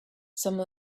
some